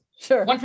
sure